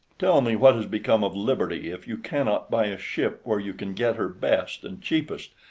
tell me what has become of liberty if you cannot buy a ship where you can get her best and cheapest,